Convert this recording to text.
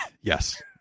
Yes